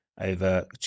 over